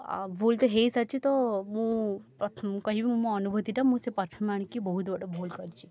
ଓ ଭୁଲ୍ ତ ହେଇସାରିଛି ତ ମୁଁ ପ୍ରଥମ କହିବି ମୋ ଅନୁଭୂତିଟା ମୁଁ ସେ ପରଫ୍ୟୁମ୍ ଆଣିକି ବହୁତ ବଡ଼ ଭୁଲ୍ କରିଛି